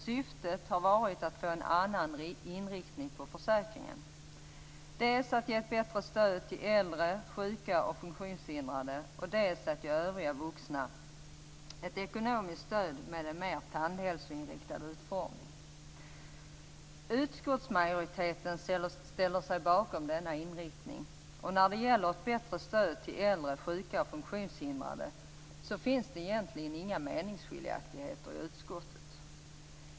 Syftet har varit att få en annan inriktning på försäkringen; dels att ge ett bättre stöd till äldre, sjuka och funktionshindrade, dels att ge övriga vuxna ett ekonomiskt stöd med en mer tandhälsoinriktad utformning. Utskottsmajoriteten ställer sig bakom denna inriktning. När det gäller ett bättre stöd till äldre, sjuka och funktionshindrade finns det egentligen inga meningskiljaktigheter i utskottet.